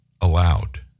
Allowed